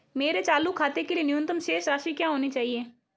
मेरे चालू खाते के लिए न्यूनतम शेष राशि क्या होनी चाहिए?